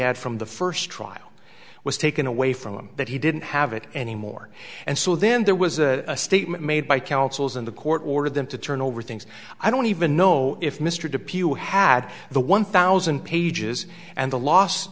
had from the first trial was taken away from him that he didn't have it anymore and so then there was a statement made by councils and the court ordered them to turn over things i don't even know if mr depew had the one thousand pages and the l